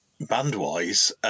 Band-wise